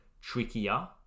trickier